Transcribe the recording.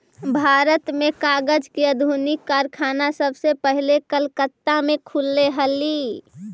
भारत में कागज के आधुनिक कारखाना सबसे पहले कलकत्ता में खुलले हलइ